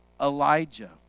Elijah